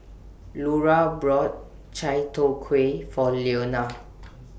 Lura bought Chai Tow Kway For Leona